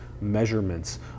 measurements